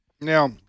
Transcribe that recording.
now